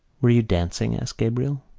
were you dancing? asked gabriel.